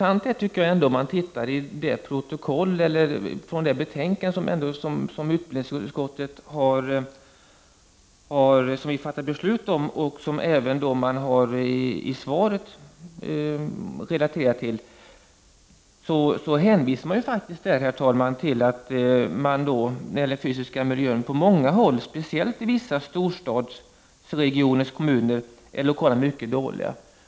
Det är ändå intressant att läsa i utbildningsutskottets betänkande som vi nyss fattade beslut om och som det även relaterades till i svaret. Där står faktiskt, herr talman, att miljön på många håll, speciellt i vissa storstadsregionskommuner, är mycket dålig.